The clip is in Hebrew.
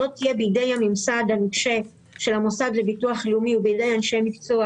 לא תהיה בידי הממסד הנוקשה של המוסד לביטוח לאומי או בידי אנשי מקצוע